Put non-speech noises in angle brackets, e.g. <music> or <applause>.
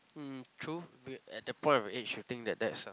hmm true <noise> at the point that age I think that that is a